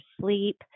sleep